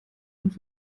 und